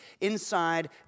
inside